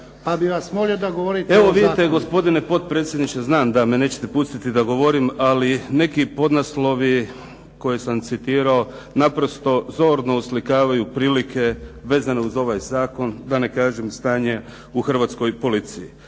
pa bih vas molio da govorite o zakonu. **Kajin, Damir (IDS)** Evo vidite gospodine potpredsjedniče, znam da me nećete pustiti da govorim, ali neki podnaslovi koje sam citirao naprosto zorno oslikavaju prilike vezane uz ovaj zakon, da ne kažem stanje u Hrvatskoj policiji.